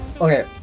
Okay